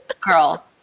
Girl